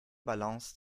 balance